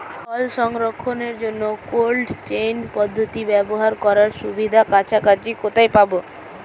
ফল সংরক্ষণের জন্য cold chain পদ্ধতি ব্যবহার করার সুবিধা কাছাকাছি কোথায় পাবো?